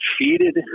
cheated